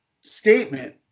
statement